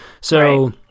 So-